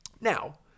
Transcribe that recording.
Now